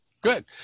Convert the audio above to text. Good